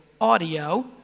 audio